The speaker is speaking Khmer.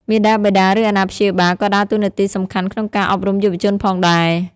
មាតាបិតាឬអាណាព្យាបាលក៏ដើរតួនាទីសំខាន់ក្នុងការអប់រំយុវជនផងដែរ។